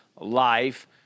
life